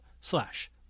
slash